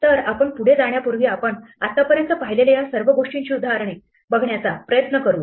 तर आपण पुढे जाण्यापूर्वी आपण आतापर्यंत पाहिलेल्या या सर्व गोष्टींची काही उदाहरणे बघण्याचा प्रयत्न करूया